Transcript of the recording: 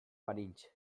banintz